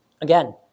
Again